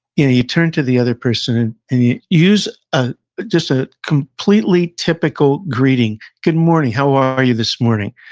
you know you turn to the other person, and and then, use ah just a completely typical greeting, good morning, how are you this morning?